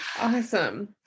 Awesome